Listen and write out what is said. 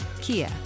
Kia